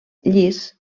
llis